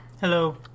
Hello